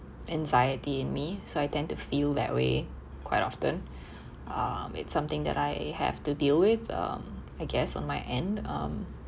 anxiety in me so I tend to feel that way quite often um it's something that I have to deal with um I guess on my end um